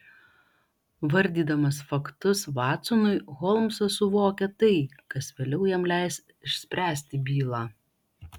vardydamas faktus vatsonui holmsas suvokia tai kas vėliau jam leis išspręsti bylą